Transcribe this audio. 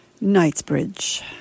Knightsbridge